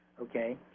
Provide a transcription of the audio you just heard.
okay